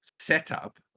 setup